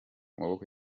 maboko